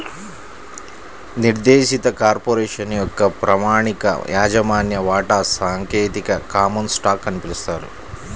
నిర్దేశిత కార్పొరేషన్ యొక్క ప్రామాణిక యాజమాన్య వాటా సాంకేతికంగా కామన్ స్టాక్ అని పిలుస్తారు